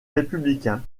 républicains